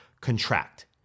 contract